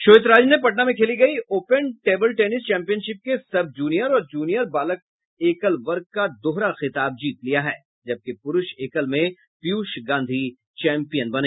श्वेत राज ने पटना में खेली गयी ऑपन टेबल टेनिस चैंपियनशिप के सब जूनियर और जूनियर बालक एकल वर्ग का दोहरा खिताब जीत लिया है जबकि पुरूष एकल में पीयूष गांधी चैंपियन बने